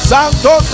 Santo